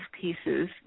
pieces